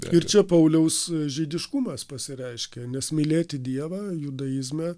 ir čia pauliaus žydiškumas pasireiškia nes mylėti dievą judaizme